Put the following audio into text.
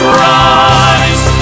rise